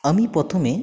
আমি প্রথমে